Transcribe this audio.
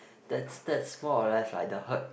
that's that's more or less like the herd